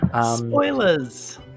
Spoilers